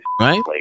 right